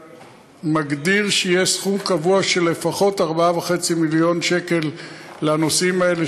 שמגדיר שיש סכום קבוע של לפחות 4.5 מיליון שקל לנושאים האלה,